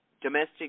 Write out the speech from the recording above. domestic